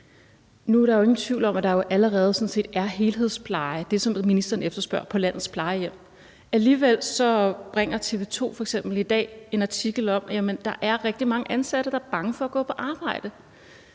Nu er der jo ingen tvivl om, at der sådan set allerede er helhedspleje – det, som ministeren efterspørger – på landets plejehjem, men alligevel bringer f.eks. TV 2 i dag en artikel om, at der er rigtig mange ansatte, der er bange for at gå på arbejde.